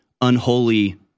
unholy